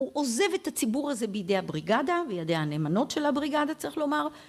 הוא עוזב את הציבור הזה בידי הבריגדה, בידיה הנאמנות של הבריגדה צריך לומר.